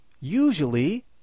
Usually